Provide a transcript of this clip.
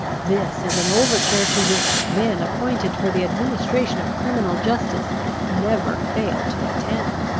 this is an overture to which men appointed for the administration of criminal justice never fail to attend.